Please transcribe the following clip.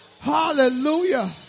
Hallelujah